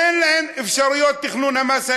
אין להם אפשרויות תכנון מס,